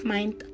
Mind